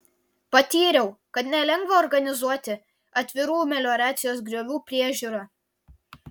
patyriau kad nelengva organizuoti atvirų melioracijos griovių priežiūrą